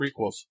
prequels